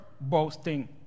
boasting